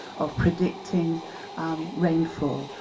of predicting rainfall,